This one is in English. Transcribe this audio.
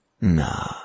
Nah